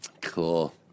Cool